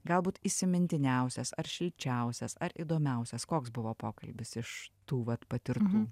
galbūt įsimintiniausias ar šilčiausias ar įdomiausias koks buvo pokalbis iš tų vat patirtų